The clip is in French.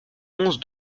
onze